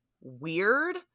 weird